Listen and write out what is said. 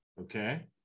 okay